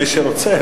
מי שרוצה.